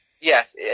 Yes